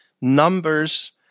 numbers